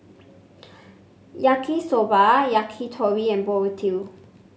Yaki Soba Yakitori and Burrito